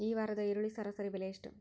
ಈ ವಾರದ ಈರುಳ್ಳಿ ಸರಾಸರಿ ಬೆಲೆ ಎಷ್ಟು?